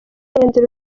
andrew